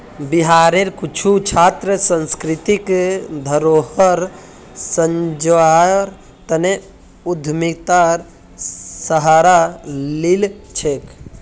बिहारेर कुछु छात्र सांस्कृतिक धरोहर संजव्वार तने उद्यमितार सहारा लिल छेक